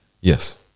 Yes